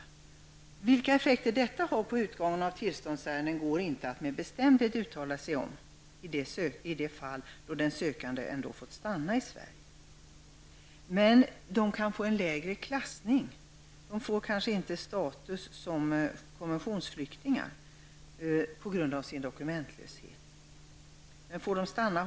Jag fortsätter citatet: ''Vilka effekter detta har på utgången av tillståndsärenden går inte att med bestämdhet uttala sig om i de fall då den sökande fått stanna i Sverige.'' De kan dock erhålla en ''lägre klassning'' på grund av dokumentlösheten. De får kanske inte status som konventionsflyktingar, men det kanske har mindre betydelse om de får stanna.